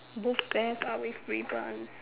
both bears are with ribbons